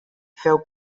feu